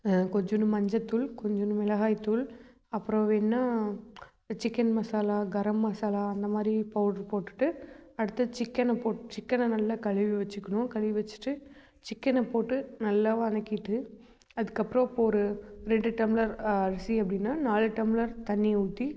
கொஞ்சண்டு மஞ்சள் தூள் கொஞ்சண்டு மிளகாய் தூள் அப்றம் வேணா சிக்கன் மசாலா கரம் மசாலா அந்த மாதிரி பௌடர் போட்டுகிட்டு அடுத்து சிக்கனை போட்டு சிக்கனை நல்லா கழுவி வச்சிக்கணும் கழுவி வச்சிட்டு சிக்கனை போட்டு நல்லா வணக்கிட்டு அதுக்கப்றம் இப்போ ஒரு ரெண்டு டம்ளர் அரிசி அப்படின்னா நாலு டம்ளர் தண்ணி ஊற்றி